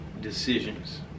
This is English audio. decisions